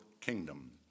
kingdom